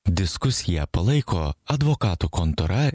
diskusiją palaiko advokatų kontora